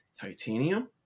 titanium